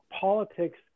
politics